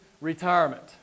retirement